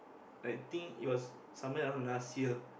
I think it was somewhere around last year